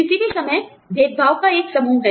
किसी भी समय भेदभाव का एक समूह है